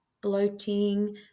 bloating